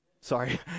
Sorry